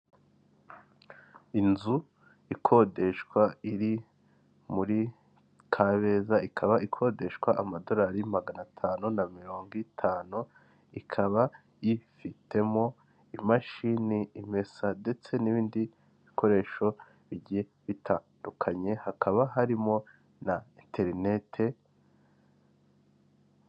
Inzu ikodeshwa iri muri Kabeza ikaba ikodeshwa amadolari magana atanu na mirongo itanu, ikaba ifitemo imashini imesa ndetse n'ibindi bikoresho bitandukanye hakaba harimo na interinete.